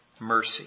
mercy